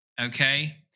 okay